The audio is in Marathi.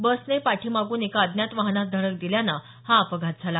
बसने पाठीमागून एका अज्ञात वाहनास धडक दिल्यान हा अपघात झाला